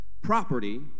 property